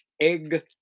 egg